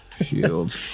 Shield